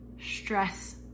stress